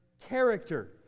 character